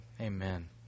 Amen